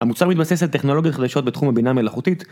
המוצר מתבסס על טכנולוגיות חדשות בתחום הבינה המלאכותית